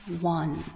one